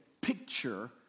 picture